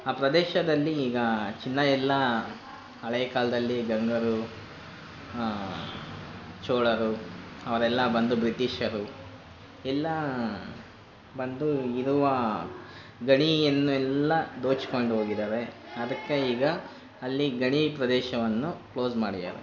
ಆ ಪ್ರದೇಶದಲ್ಲಿ ಈಗ ಚಿನ್ನ ಎಲ್ಲ ಹಳೇ ಕಾಲದಲ್ಲಿ ಗಂಗರು ಚೋಳರು ಅವರೆಲ್ಲಾ ಬಂದು ಬ್ರಿಟೀಷರು ಎಲ್ಲ ಬಂದು ಇರುವ ಗಣಿಯನ್ನೆಲ್ಲ ದೊಚಿಕೊಂಡು ಹೋಗಿದ್ದಾರೆ ಅದಕ್ಕೆ ಈಗ ಅಲ್ಲಿ ಗಣಿ ಪ್ರದೇಶವನ್ನು ಕ್ಲೋಸ್ ಮಾಡಿದ್ದಾರೆ